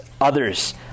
others